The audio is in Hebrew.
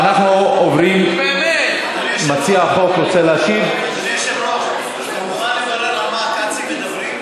ומי שמפחד ממחמוד דרוויש, שיתבייש.